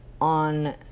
on